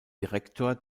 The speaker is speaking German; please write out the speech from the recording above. direktor